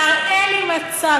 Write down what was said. תראה לי מצב,